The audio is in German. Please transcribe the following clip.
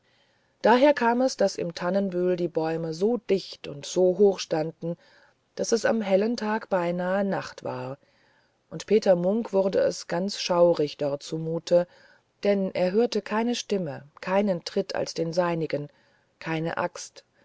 daher kam es daß im tannenbühl die bäume so dicht und so hoch standen daß es am hellen tag beinahe nacht war und peter munk wurde es ganz schaurig dort zumut denn er hörte keine stimme keinen tritt als den seinigen keine axt